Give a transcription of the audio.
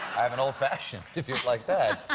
i have an old fashioned if you'd like that.